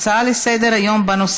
הצעה לסדר-היום מס'